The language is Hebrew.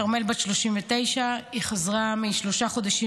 כרמל בת 39. היא חזרה משלושה חודשים